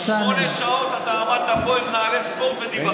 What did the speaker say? שמונה שעות אתה עמדת פה עם נעלי ספורט ודיברת.